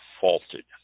faulted